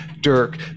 dirk